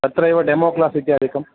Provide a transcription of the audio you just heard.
तत्रैव demo class इत्यादिकं